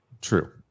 True